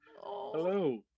hello